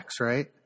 right